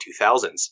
2000s